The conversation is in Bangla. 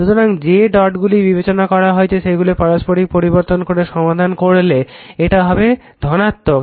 সুতরাং যে ডট গুলি বিবেচনা করা হয়েছে সেগুলি পারস্পরিক পরিবর্তন করে সমাধান করলে এটা হবে ধনাত্মক